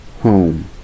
home